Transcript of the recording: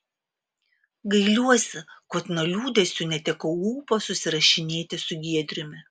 gailiuosi kad nuo liūdesių netekau ūpo susirašinėti su giedriumi